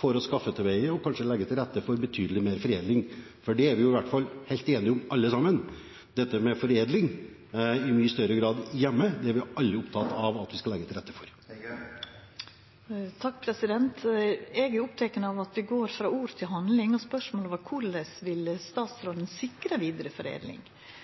for å skaffe til veie og kanskje legge til rette for betydelig mer foredling. Vi er i alle fall helt enige om og opptatt av alle sammen, at det å foredle i mye større grad hjemme, er noe vi skal legge til rette for. Eg er oppteken av at vi går frå ord til handling. Spørsmålet var: Korleis vil statsråden